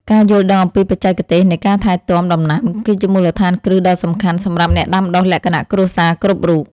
ការយល់ដឹងអំពីបច្ចេកទេសនៃការថែទាំដំណាំគឺជាមូលដ្ឋានគ្រឹះដ៏សំខាន់សម្រាប់អ្នកដាំដុះលក្ខណៈគ្រួសារគ្រប់រូប។